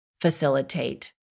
facilitate